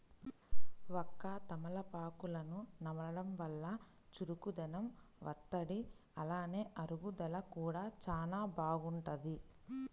వక్క, తమలపాకులను నమలడం వల్ల చురుకుదనం వత్తది, అలానే అరుగుదల కూడా చానా బాగుంటది